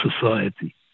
society